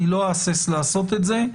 לא אהסס לעשות זאת.